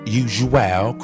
usual